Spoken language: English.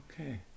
okay